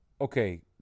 Okay